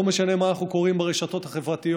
לא משנה מה אנחנו קוראים ברשתות החברתיות,